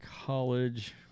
College